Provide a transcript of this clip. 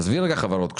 עזבי לרגע חברות קשורות,